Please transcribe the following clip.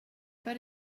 but